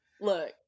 Look